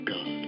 God